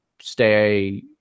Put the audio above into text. stay